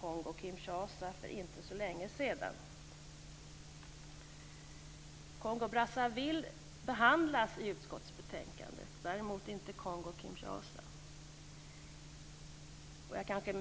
Kongo-Kinshasa för inte så länge sedan. Kongo-Brazzaville behandlas i utskottsbetänkandet, däremot inte Kongo-Kinshasa. Jag ska